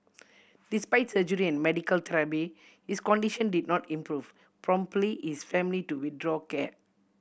despite surgery and medical therapy his condition did not improve promptly is family to withdraw care